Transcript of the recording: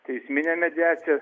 teisminė mediacija